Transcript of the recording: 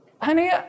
Honey